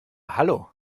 hallo